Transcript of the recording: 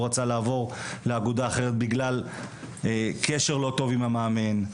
רצה לעבור לאגודה אחרת בגלל קשר לא טוב עם המאמן,